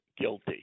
guilty